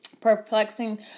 perplexing